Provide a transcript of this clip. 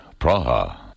Praha